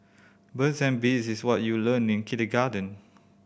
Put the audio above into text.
birds and bees is what you learnt in kindergarten